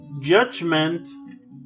Judgment